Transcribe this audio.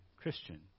Christian